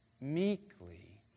meekly